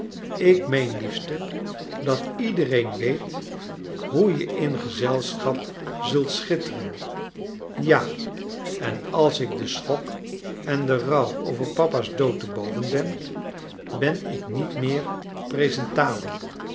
ik meen liefste dat iedereen weet hoe je in gezelschap zult schitteren ja en als ik den sen ok en den rouw over papa's dood te boven ben ben ik niet meer